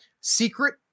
secret